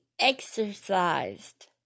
exercised